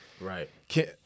Right